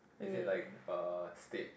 is it like uh stage